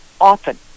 often